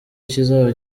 kizaba